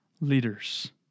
leaders